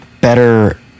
better